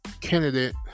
candidate